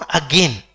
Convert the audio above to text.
again